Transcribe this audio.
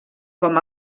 com